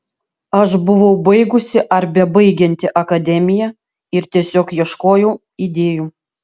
aš buvau baigusi ar bebaigianti akademiją ir tiesiog ieškojau idėjų